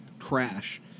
crash